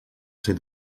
ser